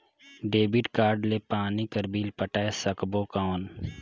Debit card ले पानी कर बिल पटाय सकबो कौन?